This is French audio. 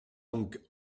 donc